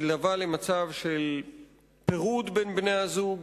מתלווה למצב של פירוד בין בני-הזוג